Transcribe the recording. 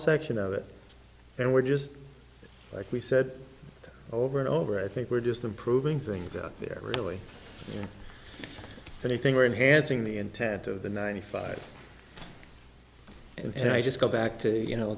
section of it and we're just like we said over and over i think we're just improving things out there really anything green hansing the intent of the ninety five and i just go back to you know